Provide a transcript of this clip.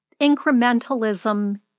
incrementalism